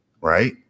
Right